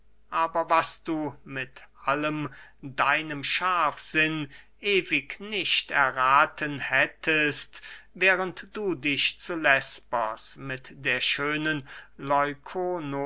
aber was du mit allem deinem scharfsinn ewig nicht errathen hättest während du dich zu lesbos mit der schönen